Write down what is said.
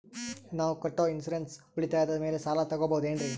ನಾನು ಕಟ್ಟೊ ಇನ್ಸೂರೆನ್ಸ್ ಉಳಿತಾಯದ ಮೇಲೆ ಸಾಲ ತಗೋಬಹುದೇನ್ರಿ?